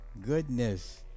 Goodness